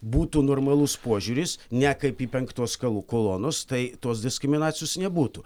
būtų normalus požiūris ne kaip į penktos kal kolonos tai tos diskriminacijos nebūtų